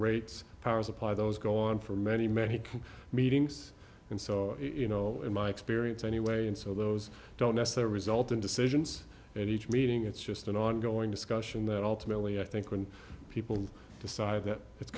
rates power supply those go on for many many meetings and so you know in my experience anyway and so those don't nest that result in decisions and each meeting it's just an ongoing discussion that ultimately i think when people decide that it's